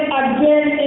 again